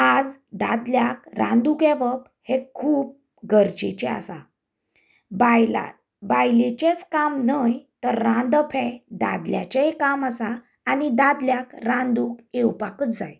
आयज दादल्याक रांदूंक येवप हें खूब गरजेचें आसा बायलांक बायलेचेच काम न्हंय तर रांदप हे दादल्याचेंय काम आसा आनी दादल्याक रांदूंक येवपाकच जाय